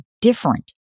different